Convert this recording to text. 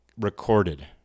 Recorded